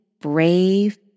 brave